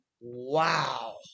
wow